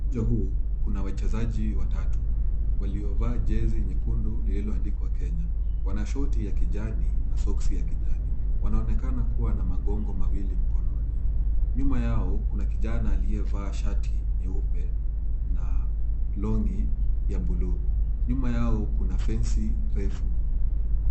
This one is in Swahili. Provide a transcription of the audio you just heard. Uwanja huu kuna wachezaji watatu waliovaa jezi nyekundu lililoandikwa Kenya. Wana shoti ya kijani na soksi ya kijani. Wanaonekana kuwa na magongo mawili mkononi. Nyuma yao kuna kijana aliyevaa shati nyeupe na long'i ya buluu. Nyuma yao kuna fensi refu.